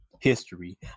history